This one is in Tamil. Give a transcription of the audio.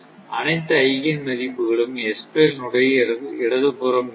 அனைத்து ஐகேன் மதிப்புகளும் S பிளேன் உடைய இடது புறம் இருக்கும்